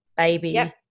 baby